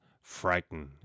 frightened